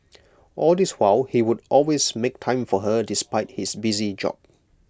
all this while he would always make time for her despite his busy job